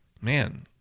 Man